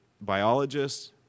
biologists